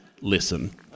listen